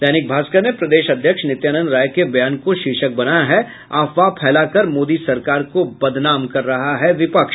दैनिक भास्कर ने प्रदेश अध्यक्ष नित्यानंद राय के बयान को शीर्षक बनाया है अफवाह फैलाकर मोदी सरकार को बदनाम कर रहा है विपक्ष